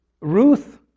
Ruth